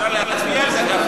אפשר להצביע על זה, גפני?